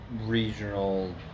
regional